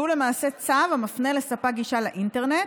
שהוא למעשה צו המופנה לספק גישה לאינטרנט